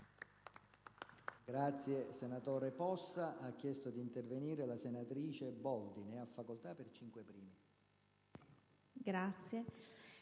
Grazie